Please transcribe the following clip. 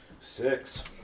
Six